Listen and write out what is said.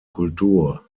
kultur